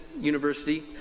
University